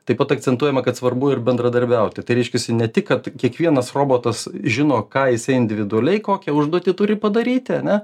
taip pat akcentuojama kad svarbu ir bendradarbiauti tai reiškiasi ne tik kad kiekvienas robotas žino ką jisai individualiai kokią užduotį turi padaryti ane